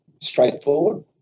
straightforward